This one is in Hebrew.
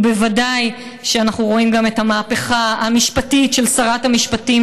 ובוודאי שאנחנו רואים גם את המהפכה המשפטית של שרת המשפטים,